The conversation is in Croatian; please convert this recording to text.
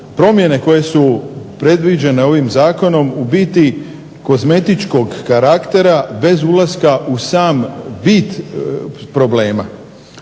promjene koje su predviđene ovim zakonom u biti kozmetičkog karaktera bez ulaska u samu bit problema.